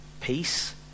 peace